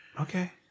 Okay